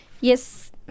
Yes